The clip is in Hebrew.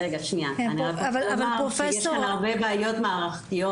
אני רוצה לומר שיש כאן הרבה בעיות מערכתיות.